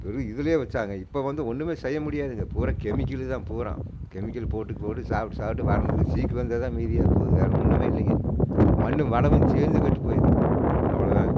வெறும் இதுலே வச்சாங்க இப்போ வந்து ஒன்றுமே செய்ய முடியாது பூரா கெமிக்கல்லு தான் பூரா கெமிக்கல் போட்டு போட்டு சாப்பிட்டு சாப்பிட்டு வரது சீக்கு வந்தது தான் மீதியாக போது வேறு ஒன்றுமே இல்லைங்க மண்ணு வளமும் சேர்ந்து கெட்டு போயிடுது அவ்வளோதாங்க